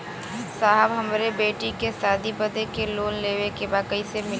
साहब हमरे बेटी के शादी बदे के लोन लेवे के बा कइसे मिलि?